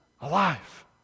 alive